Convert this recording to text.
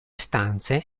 stanze